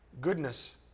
goodness